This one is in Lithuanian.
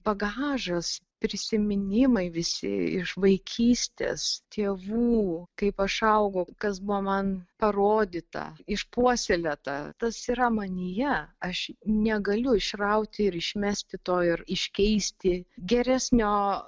bagažas prisiminimai visi iš vaikystės tėvų kaip aš augau kas buvo man parodyta išpuoselėta tas yra manyje aš negaliu išrauti ir išmesti to ir iškeisti geresnio